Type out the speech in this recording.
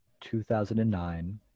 2009